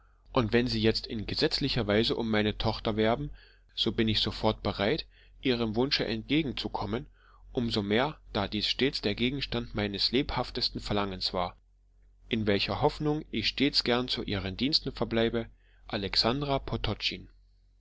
und wenn sie jetzt in gesetzlicher weise um meine tochter werben so bin ich sofort bereit ihrem wunsche entgegenzukommen um so mehr da dies stets der gegenstand meines lebhaftesten verlangens war in welcher hoffnung ich stets gern zu ihren diensten verbleibe alexandra